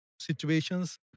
situations